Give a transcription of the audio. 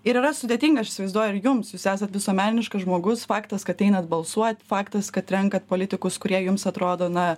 ir yra sudėtinga aš įsivaizduoja ir jums jūs esat visuomeniškas žmogus faktas kad einat balsuot faktas kad renkat politikus kurie jums atrodo na